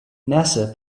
nasa